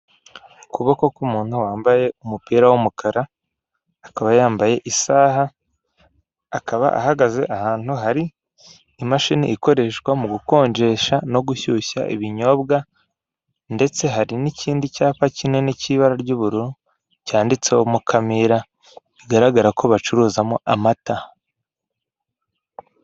Ukuboko k'umuntu wambaye umupira w'umukara akaba yambaye isaha akaba ahagaze ahantu hari imashini ikoreshwa mu gukonjesha no gushyushya ibinyobwa ndetse hari n'ikindi cyapa kinini cy'ibara ry'ubururu cyanditseho mukamira bigaragara ko bacuruzamo amata.